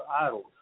idols